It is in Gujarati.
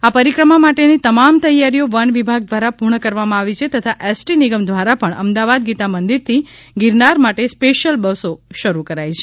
આ પરિક્રમા માટેની તમામ તૈયારીઓ વન વિભાગ દ્વારા પૂર્ણ કરવામાં આવી છે તથા એસટી નિગમ દ્વારા પણ અમદાવાદ ગીતા મંદિરથી ગિરનાર માટે સ્પેશ્યલ બસો શરૂ કરાઈ છે